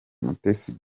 mutesi